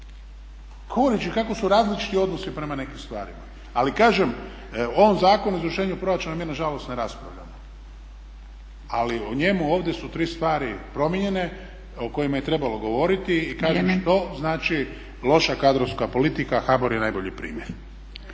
Koledži kako su različiti odnosi prema nekim stvarima. Ali kažem o ovom Zakonu o izvršenju proračuna mi nažalost ne raspravljamo ali o njemu ovdje su 3 stvari promijenjene o kojima je trebalo govoriti. I kažem što znači loša kadrovska politika HBOR je najbolji primjer.